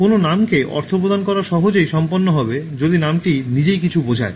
কোনও নামকে অর্থ প্রদান করা সহজেই সম্পন্ন হবে যদি নামটি নিজেই কিছু বোঝায়